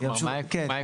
מה העקרונות?